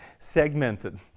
segmented,